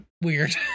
weird